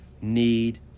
need